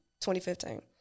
2015